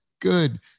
good